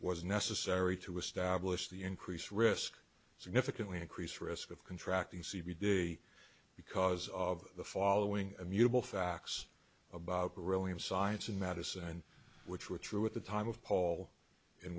was necessary to establish the increased risk significantly increased risk of contracting c b d because of the following immutable facts about really in science and medicine which were true at the time of paul and